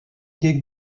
dig